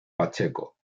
pacheco